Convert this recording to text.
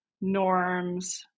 norms